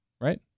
right